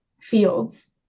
fields